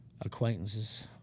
acquaintances